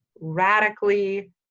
radically